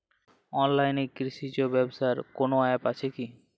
অনলাইনে কৃষিজ ব্যবসার কোন আ্যপ আছে কি?